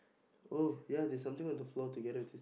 oh ya there's something on the floor together with this